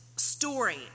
story